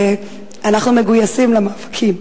אנחנו מגויסים למאבקים.